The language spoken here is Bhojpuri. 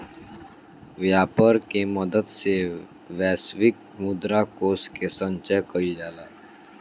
व्यापर के मदद से वैश्विक मुद्रा कोष के संचय कइल जाला